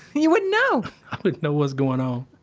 you wouldn't know! i wouldn't know what's going on. oh,